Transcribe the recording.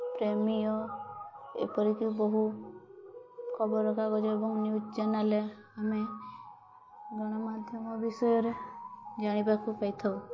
ପ୍ରମେୟ ଏପରିକି ବହୁ ଖବରକାଗଜ ଏବଂ ନ୍ୟୁଜ୍ ଚ୍ୟାନେଲ୍ରେ ଆମେ ଗଣମାଧ୍ୟମ ବିଷୟରେ ଜାଣିବାକୁ ପାଇଥାଉ